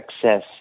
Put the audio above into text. success